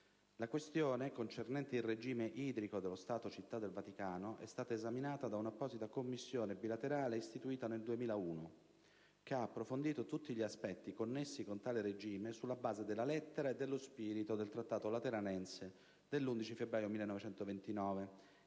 La questione concernente il regime idrico dello Stato Città del Vaticano è stata esaminata da un'apposita Commissione bilaterale istituita nel 2001, che ha approfondito tutti gli aspetti connessi con tale regime sulla base della lettera e dello spirito del Trattato Lateranense dell'11 febbraio 1929,